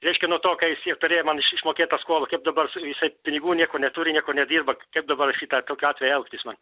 reiškia nuo to kai jis j turėjo man išmokėt tą skolą kaip dabar jisai pinigų nieko neturi niekur nedirba kaip dabar šitą tokiu atveju elgtis man